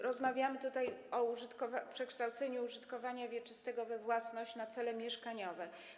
Rozmawiamy tutaj o przekształceniu użytkowania wieczystego we własność na cele mieszkaniowe.